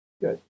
Good